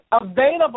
available